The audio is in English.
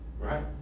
right